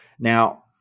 Now